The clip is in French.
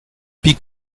pis